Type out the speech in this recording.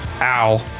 ow